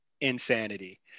Insanity